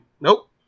Nope